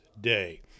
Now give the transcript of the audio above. Day